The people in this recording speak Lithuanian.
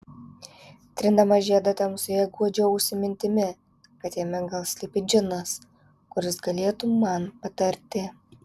trindama žiedą tamsoje guodžiausi mintimi kad jame gal slypi džinas kuris galėtų man patarti